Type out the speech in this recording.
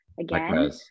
again